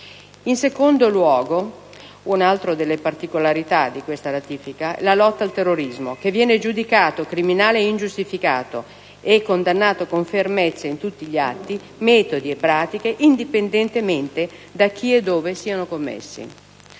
In secondo luogo, un'altra delle particolarità della ratifica in esame è la lotta al terrorismo, che viene giudicato criminale, ingiustificato e condannato con fermezza in tutti gli atti, metodi e pratiche, indipendentemente da chi e dove siano commessi.